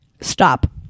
stop